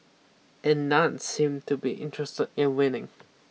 and none seemed to be interested in winning